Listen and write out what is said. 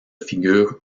figures